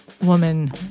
woman